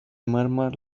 murmur